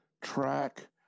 track